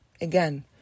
Again